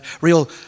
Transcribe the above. real